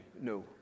No